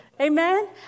Amen